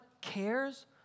cares